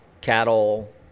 cattle